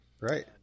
right